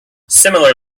similar